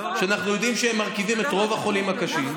שאנחנו יודעים שהם מרכיבים את רוב החולים הקשים,